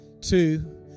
two